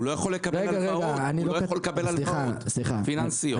הוא לא יכול לקבל הלוואות פיננסיות.